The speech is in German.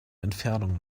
entfernung